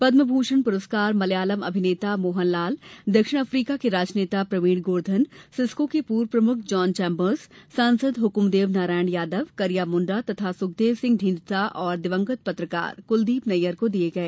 पदमभूषण पुरस्कार मलयालम अभिनेता मोहनलाल दक्षिण अफ्रीका के राजनेता प्रवीण गोर्धन सिस्को के पूर्व प्रमुख जॉन चैंबर्स सांसद हकमदेव नारायण यादव करिया मुंडा तथा सुखदेव सिंह ढींसा और दिवंगत पत्रकार कुलदीप नैय्यर को दिए गए